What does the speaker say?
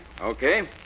Okay